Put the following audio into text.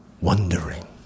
wondering